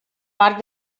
part